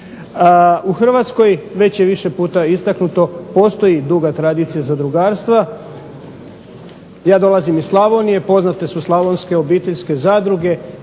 U Hrvatskoj, već je više puta istaknuto, postoji duga tradicija zadrugarstva. Ja dolazim iz Slavonije, poznate su slavonke obiteljske zadruge